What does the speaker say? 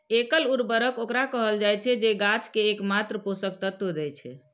एकल उर्वरक ओकरा कहल जाइ छै, जे गाछ कें एकमात्र पोषक तत्व दै छै